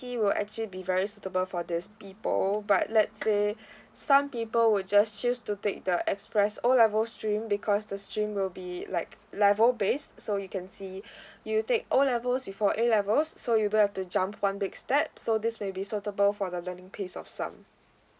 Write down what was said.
will actually be very suitable for these people but let say some people would just choose to take the express O level stream because the stream will be like level based so you can see you take O levels before A levels so you don't have to jump one big step so this may be suitable for the learning pace of some